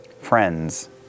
friends